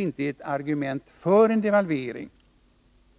inte något argument för en devalvering.